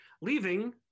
leaving